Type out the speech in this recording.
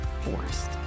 forced